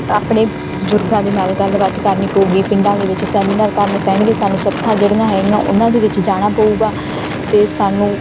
ਆਪਣੇ ਬਜ਼ੁਰਗਾਂ ਦੇ ਨਾਲ ਗੱਲ ਬਾਤ ਕਰਨੀ ਪਊਗੀ ਪਿੰਡਾਂ ਦੇ ਵਿੱਚ ਸੈਮੀਨਾਰ ਕਰਨੇ ਪੈਣਗੇ ਸਾਨੂੰ ਸੱਥਾਂ ਜਿਹੜੀਆਂ ਹੈਗੀਆਂ ਉਹਨਾਂ ਦੇ ਵਿੱਚ ਜਾਣਾ ਪਊਗਾ ਅਤੇ ਸਾਨੂੰ